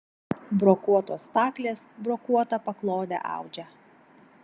brokuotos staklės brokuotą paklodę audžia